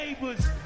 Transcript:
neighbors